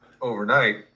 overnight